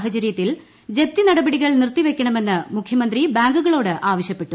സാഹചര്യത്തിൽ ജപ്തി നടപടികൾ നിർത്തിവെയ്ക്കണമെന്ന് മുഖ്യമന്ത്രി ബാങ്കുകളോട് ആവശ്യപ്പെട്ടു